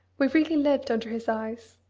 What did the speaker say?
we really lived under his eyes,